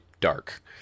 dark